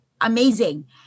Amazing